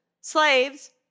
slaves